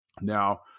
Now